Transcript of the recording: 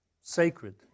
sacred